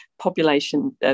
population